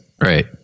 right